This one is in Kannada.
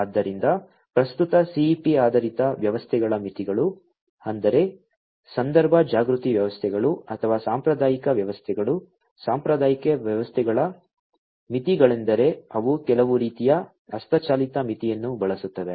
ಆದ್ದರಿಂದ ಪ್ರಸ್ತುತ CEP ಆಧಾರಿತ ವ್ಯವಸ್ಥೆಗಳ ಮಿತಿಗಳು ಅಂದರೆ ಸಂದರ್ಭ ಜಾಗೃತಿ ವ್ಯವಸ್ಥೆಗಳು ಅಥವಾ ಸಾಂಪ್ರದಾಯಿಕ ವ್ಯವಸ್ಥೆಗಳು ಸಾಂಪ್ರದಾಯಿಕ ವ್ಯವಸ್ಥೆಗಳ ಮಿತಿಗಳೆಂದರೆ ಅವು ಕೆಲವು ರೀತಿಯ ಹಸ್ತಚಾಲಿತ ಮಿತಿಯನ್ನು ಬಳಸುತ್ತವೆ